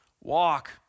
walk